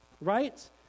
right